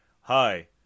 Hi